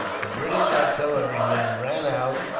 the british artillerymen ran out,